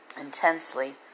intensely